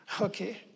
okay